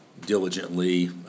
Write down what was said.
diligently